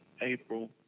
April